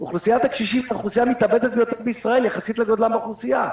היא האוכלוסייה המתאבדת ביותר בישראל יחסית לגודלה בכלל האוכלוסייה.